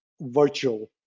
virtual